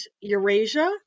Eurasia